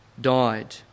died